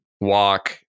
walk